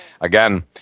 again